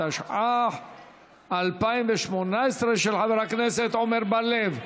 התשע"ח 2018, של חבר הכנסת עמר בר-לב.